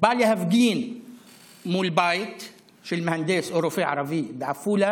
להפגין מול בית של מהנדס או רופא ערבי בעפולה